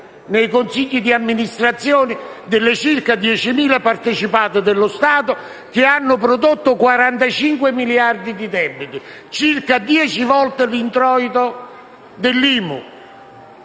nei consigli di amministrazione delle circa 10.000 partecipate dello Stato che hanno prodotto 45 miliardi di debiti, circa dieci volte l'introito dell'IMU.